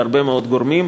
להרבה מאוד גורמים,